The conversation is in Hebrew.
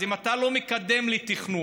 אז אם אתה לא מקדם לי תכנון,